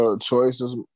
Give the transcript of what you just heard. choices